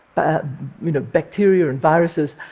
i mean bacteria and viruses,